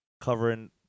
covering